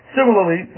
Similarly